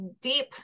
deep